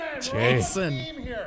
Jason